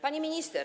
Pani Minister!